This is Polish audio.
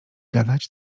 gadać